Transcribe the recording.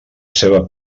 ceba